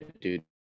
dude